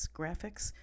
graphics